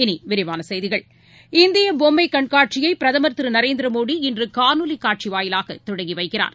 இனிவிரிவானசெய்திகள் இந்தியபொம்மைகண்காட்சியைபிரதம் திருநரேந்திரமோடி இன்றுகாணொலிகாட்சிவாயிலாகதொடங்கிவைக்கிறார்